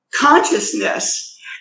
consciousness